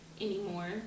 anymore